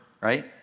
right